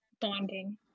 bonding